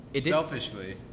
Selfishly